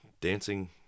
dancing